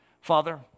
Father